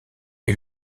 est